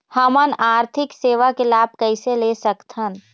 हमन आरथिक सेवा के लाभ कैसे ले सकथन?